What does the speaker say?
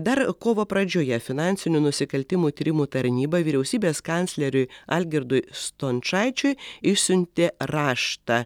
dar kovo pradžioje finansinių nusikaltimų tyrimų tarnyba vyriausybės kancleriui algirdui stončaičiui išsiuntė raštą